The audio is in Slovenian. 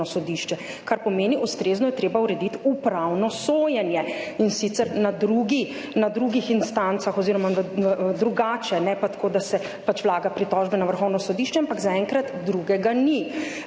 sodišče, kar pomeni, ustrezno je treba urediti upravno sojenje, in sicer na drugih instancah oziroma drugače, ne pa tako, da se pač vlaga pritožbe na Vrhovno sodišče. Ampak zaenkrat drugega ni.